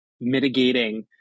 mitigating